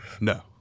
No